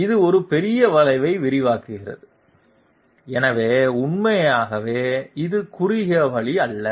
இது ஒரு பெரிய வளைவை விவரிக்கிறது எனவே உண்மையாகவே அது குறுக்குவழி அல்ல